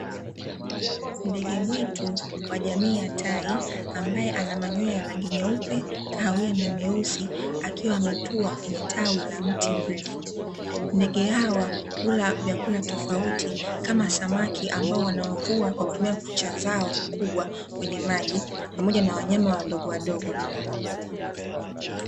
Ndege mwitu wa jamii ya tai ambaye ana manyoya ya rangi nyeupe, kahawiya na myeusi akiwa ametua kwenye tawi la mti mrefu, ndege hawa hula vyakula tofauti kama samaki ambao wanawavua kwa kutumia kucha zao kubwa kwenye maji pamoja na wanyama wadogo wadogo.